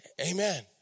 Amen